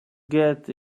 get